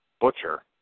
Butcher